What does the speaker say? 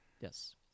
Yes